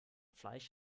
fleisch